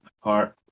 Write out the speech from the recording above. apart